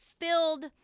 filled